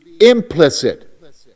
implicit